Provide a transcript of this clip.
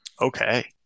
Okay